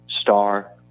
star